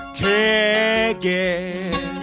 ticket